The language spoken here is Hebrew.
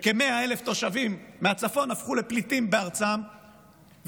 כשכ-100,000 תושבים מהצפון הפכו לפליטים בארצם,